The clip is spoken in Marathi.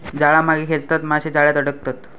जाळा मागे खेचताच मासे जाळ्यात अडकतत